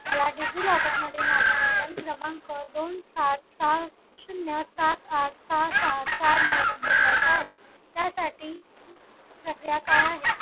मला डिजि लॉकरमध्ये माझा मोबाईल क्रमांक दोन सात सहा शून्य सात आठ सहा सहा चार नऊवर बदलायचा आहे त्यासाठी प्रक्रिया काय आहे